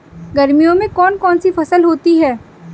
गर्मियों में कौन कौन सी फसल होती है?